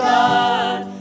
God